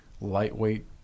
lightweight